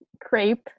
Crepe